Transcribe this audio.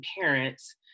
parents